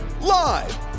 Live